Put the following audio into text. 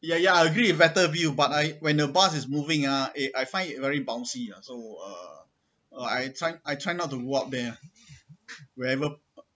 ya ya I agree with better view but I when the bus is moving ah eh I find it very bouncy you know so uh uh I try I try not to walk there ah wherever